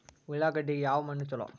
ಉಳ್ಳಾಗಡ್ಡಿಗೆ ಯಾವ ಮಣ್ಣು ಛಲೋ?